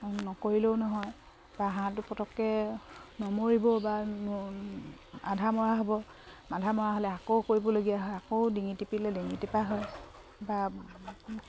নকৰিলেও নহয় বা হাঁহটো পটককৈ নমৰিব বা আধা মৰা হ'ব আধা মৰা হ'লে আকৌ কৰিবলগীয়া হয় আকৌ ডিঙি টিপিলে ডিঙি টিপা হয় বা